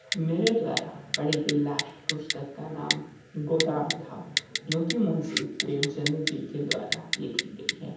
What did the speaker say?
मेरे द्वारा पढ़ी गई लास्ट पुस्तक का नाम गोदाम था जो कि मुंशी प्रेमचंद्र जी के द्वारा लिखी गई है